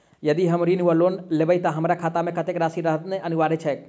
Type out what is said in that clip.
यदि हम ऋण वा लोन लेबै तऽ हमरा खाता मे कत्तेक राशि रहनैय अनिवार्य छैक?